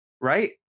Right